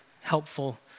helpful